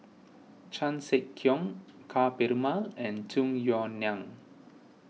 Chan Sek Keong Ka Perumal and Tung Yue Nang